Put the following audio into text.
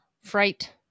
fright